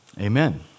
Amen